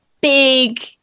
big